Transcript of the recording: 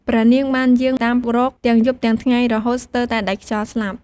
ព្រះនាងបានយាងតាមរកទាំងយប់ទាំងថ្ងៃ រហូតស្ទើរតែដាច់ខ្យល់ស្លាប់។